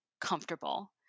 comfortable